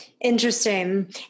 Interesting